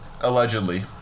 allegedly